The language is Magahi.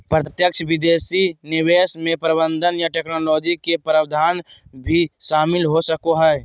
प्रत्यक्ष विदेशी निवेश मे प्रबंधन या टैक्नोलॉजी के प्रावधान भी शामिल हो सको हय